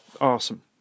awesome